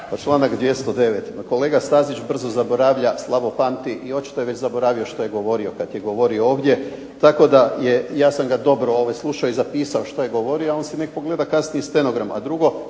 Članak 209., pa kolega Stazić brzo zaboravlja, slabo pamti i očito je već zaboravio što je govorio kad je govorio ovdje tako da ja sam ga dobro slušao i zapisao što je govorio, a on nek si pogleda kasnije stenogram.